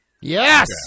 Yes